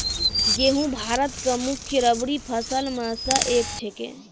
गेहूँ भारत के मुख्य रब्बी फसल मॅ स एक छेकै